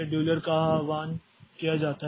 scheduler का आह्वान किया जाता है